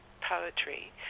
poetry